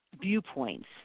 viewpoints